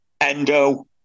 Endo